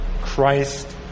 Christ